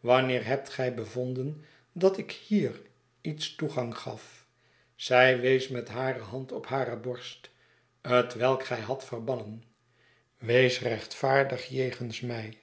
wanneer hebt gij bevonden dat ik hier iets toegang gaf zij wees met hare hand op hare borst twelk gij hadt verbannen wees rechtvaardig jegens mij